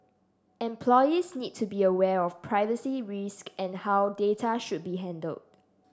employees need to be aware of privacy risks and how data should be handled